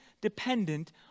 dependent